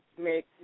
make